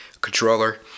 controller